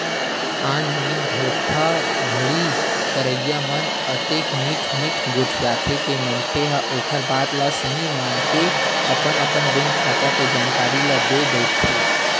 online धोखाघड़ी करइया मन अतेक मीठ मीठ गोठियाथे के मनखे ह ओखर बात ल सहीं मानके अपन अपन बेंक खाता के जानकारी ल देय बइठथे